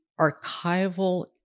archival